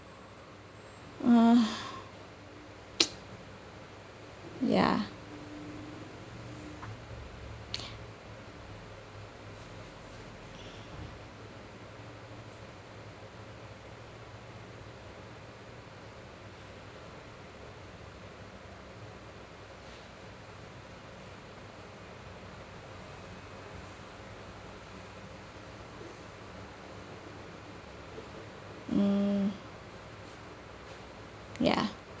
ugh ya mm ya